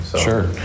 Sure